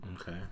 Okay